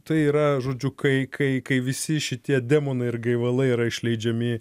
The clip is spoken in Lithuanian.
tai yra žodžiu kai kai kai visi šitie demonai ir gaivalai yra išleidžiami